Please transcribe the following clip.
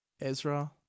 Ezra